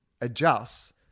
adjusts